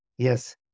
Yes